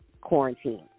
quarantine